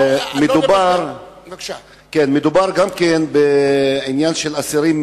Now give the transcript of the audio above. מדובר גם כן בעניין של אסירים,